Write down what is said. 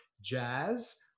jazz